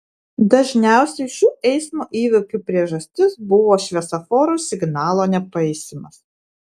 dažniausiai šių eismo įvykių priežastis buvo šviesoforo signalo nepaisymas